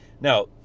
Now